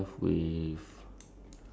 three purple and